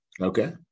Okay